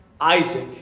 Isaac